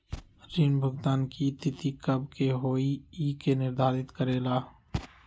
ऋण भुगतान की तिथि कव के होई इ के निर्धारित करेला?